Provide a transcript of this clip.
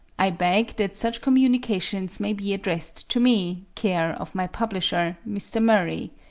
i beg that such communications may be addressed to me, care of my publisher, mr. murray,